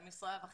אלא משרה וחצי.